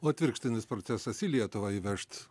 o atvirkštinis procesas į lietuvą įvežt